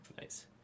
Nice